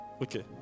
Okay